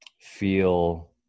feel